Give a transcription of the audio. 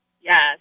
Yes